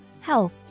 health